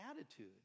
attitude